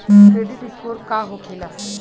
Credit score का होखेला?